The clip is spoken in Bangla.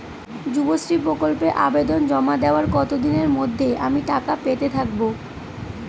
যুবশ্রী প্রকল্পে আবেদন জমা দেওয়ার কতদিনের মধ্যে আমি টাকা পেতে থাকব?